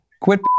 Quit